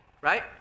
right